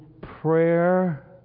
prayer